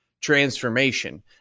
transformation